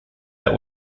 that